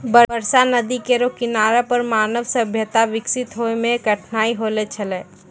बरसा नदी केरो किनारा पर मानव सभ्यता बिकसित होय म कठिनाई होलो छलै